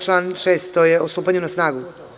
Član 6, to je stupanjem na snagu?